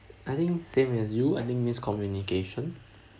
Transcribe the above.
I think same as you I think miscommunication